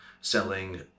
selling